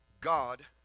God